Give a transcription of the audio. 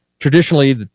traditionally